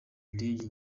indege